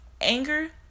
anger